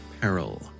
peril